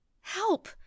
help